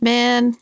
Man